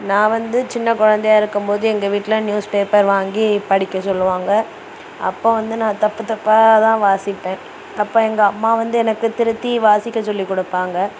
நான் வந்து சின்ன குழந்தையா இருக்கும்போது எங்கள் வீட்டில் நியூஸ் பேப்பர் வாங்கி படிக்க சொல்லுவாங்கள் அப்போ வந்து நான் தப்பு தப்பாக தான் வாசிப்பேன் அப்போ எங்கள் அம்மா வந்து எனக்கு திருத்தி வாசிக்க சொல்லிக்கொடுப்பாங்க